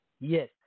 Yes